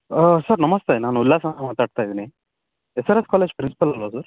sir ನಮಸ್ತೆ ನಾನು ಉಲ್ಲಾಸ್ ಅಂತ ಮಾತಾಡ್ತಾ ಇದ್ದೀನಿ S R S college principal ಅಲ್ವಾ ಸರ್